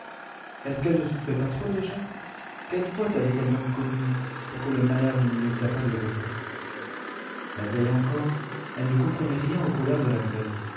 est-ce qu'elle ne souffrait pas trop déjà quelle faute avait-elle donc commise pour que le malheur ne lui laissât pas de repos la veille encore elle ne comprenait rien aux colères de la grève